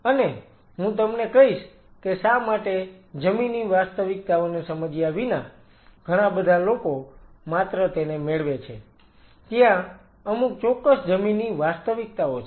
અને હું તમને કહીશ કે શા માટે જમીની વાસ્તવિકતાઓને સમજ્યા વિના ઘણાબધા લોકો માત્ર તેને મેળવે છે ત્યાં અમુક ચોક્કસ જમીની વાસ્તવિકતાઓ છે